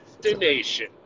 Destination